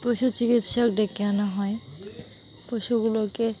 পশু চিকিৎসক ডেকে আনা হয় পশুগুলোকে